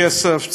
כסף,